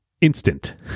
Instant